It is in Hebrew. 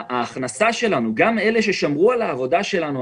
גם אם היו בינינו כאלה ששמרו על העבודה שלהם,